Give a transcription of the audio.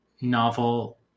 novel